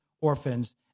orphans